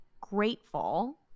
grateful